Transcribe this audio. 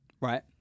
Right